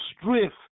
strength